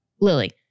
lily